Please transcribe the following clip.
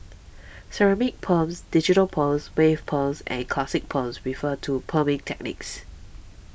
ceramic perms digital perms wave perms and classic perms refer to perming techniques